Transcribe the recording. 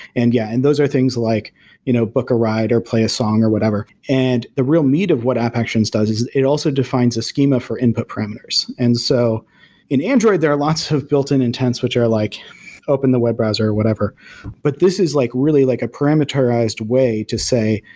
and yeah, and those are things like you know book a ride, or play a song, or whatever. and the real meat of what app actions does is it also defines a schema for input parameters. and so in android, there are lots of built in intents, which are like open the web browser, or whatever but this is like really like a parameterized way to say,